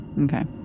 Okay